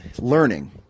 learning